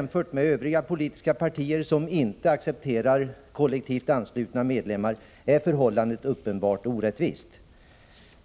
Med tanke på övriga politiska partier som inte accepterar kollektivt anslutna medlemmar är förhållandet uppenbart orättvist.